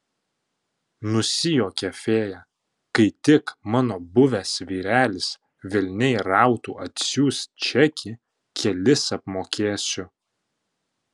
nusijuokė fėja kai tik mano buvęs vyrelis velniai rautų atsiųs čekį kelis apmokėsiu